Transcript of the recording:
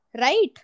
Right